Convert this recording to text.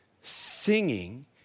singing